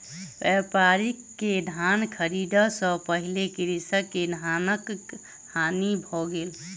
व्यापारी के धान ख़रीदै सॅ पहिने कृषक के धानक हानि भ गेल